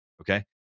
okay